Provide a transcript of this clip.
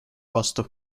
vastu